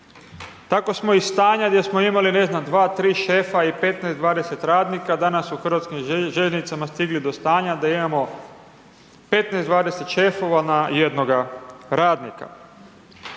Tako smo iz stanja gdje smo imali, ne znam, dva-tri šefa i 15-20 radnika, danas u HŽ-u stigli do stanja da imamo 15-20 šefova na jednoga radnika.